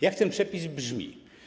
Jak ten przepis brzmi.